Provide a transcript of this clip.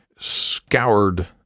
scoured